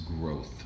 growth